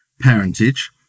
parentage